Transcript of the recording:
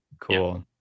Cool